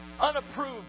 unapproved